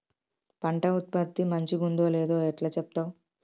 పంట ఉత్పత్తి మంచిగుందో లేదో ఎట్లా చెప్తవ్?